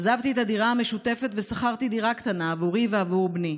עזבתי את הדירה המשותפת ושכרתי דירה קטנה עבורי ועבור בניי.